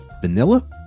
vanilla